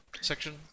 section